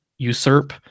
usurp